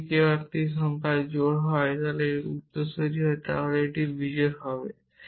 যদি একটি সংখ্যা জোড় হয় এবং এটি উত্তরসূরি হয় তাহলে এটি বিজোড় হবে